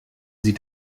sie